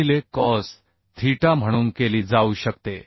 गुणिले cos theta म्हणून केली जाऊ शकते